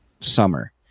summer